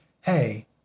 hey